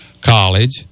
college